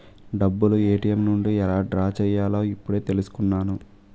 డబ్బులు ఏ.టి.ఎం నుండి ఎలా డ్రా చెయ్యాలో ఇప్పుడే తెలుసుకున్నాను